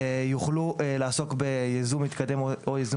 יוכלו לעסוק בייזום מתקדם או בייזום